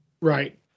Right